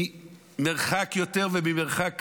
מרחוק יותר וממרחק קרוב,